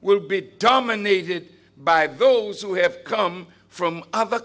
will be dominated by those who have come from other